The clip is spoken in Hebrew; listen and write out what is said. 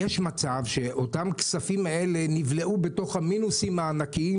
יש מצב שאותם הכספים האלה נבלעו בתוך המינוסים הענקיים